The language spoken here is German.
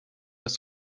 das